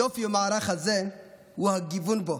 היופי במערך הזה הוא הגיוון בו.